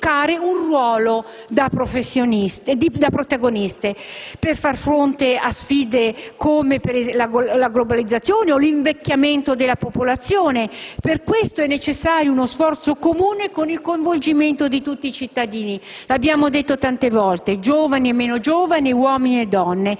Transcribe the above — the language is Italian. di giocare un ruolo da protagoniste, per far fronte a sfide come la globalizzazione o l'invecchiamento della popolazione. Per questo è necessario uno sforzo comune con il coinvolgimento di tutti i cittadini, lo abbiamo detto tante volte, giovani e meno giovani, uomini e